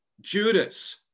Judas